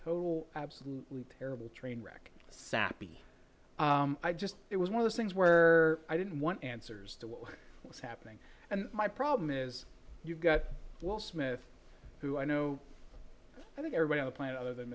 total absolutely terrible trainwreck sappy i just it was one of those things where i didn't want answers to what was happening and my problem is you've got will smith who i know that everybody on the planet other than